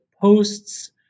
posts